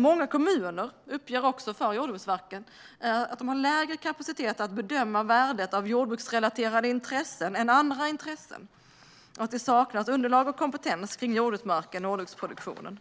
Många kommuner uppger för Jordbruksverket att de har lägre kapacitet att bedöma värdet av jordbruksrelaterade intressen jämfört med andra intressen. Det saknas underlag och kompetens kring jordbruksmarken och jordbruksproduktionen.